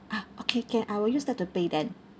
ah okay can I will use that to pay then